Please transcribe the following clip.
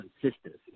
consistency